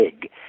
big